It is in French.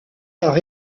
par